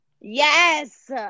Yes